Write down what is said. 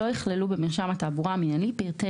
לא ייכללו במרשם התעבורה המינהלי פרטי